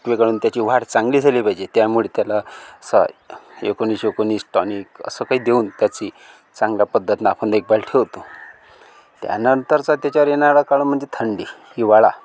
फुटवे काढून त्याची वाढ चांगली झाली पाहिजे त्यामुळे त्याला सा एकोणीस एकोणीस टॉनिक असं काही देऊन त्याची चांगल्या पद्धतीने आपण देखभाल ठेवतो त्यानंतरचा त्याच्यावर येणारा काळ म्हणजे थंडी हिवाळा